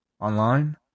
online